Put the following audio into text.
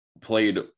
played